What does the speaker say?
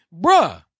bruh